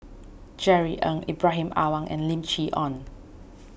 Jerry Ng Ibrahim Awang and Lim Chee Onn